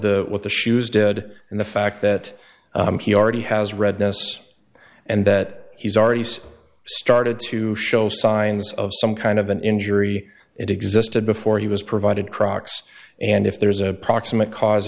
the what the shoes did and the fact that he already has redness and that he's already started to show signs of some kind of an injury it existed before he was provided crocs and if there's a proximate cause